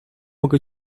mogę